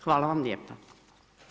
Hvala vam lijepa.